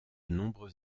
nombreux